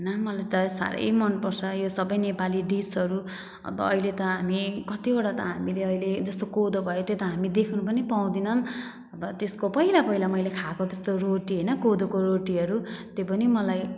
हैन मलाई त सारै मन पर्छ यो सबै नेपाली डिसहरू अब अहिले त हामी कतिवटा त हामीले अहिले जस्तो कोदो भयो त्यो त हामी देख्नु पनि पाउँदैनौँ अब त्यसको पहिला पहिला मैले खाएको त्यस्तो रोटी हैन कोदोको रोटीहरू त्यो पनि मलाई